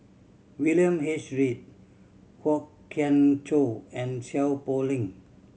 William H Read Kwok Kian Chow and Seow Poh Leng